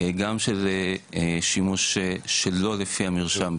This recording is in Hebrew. גם של שימוש שלא לפי המרשם,